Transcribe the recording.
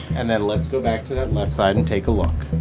and then let's go back to that left side and take a look.